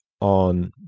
on